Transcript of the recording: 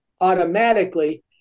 automatically